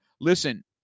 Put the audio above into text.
listen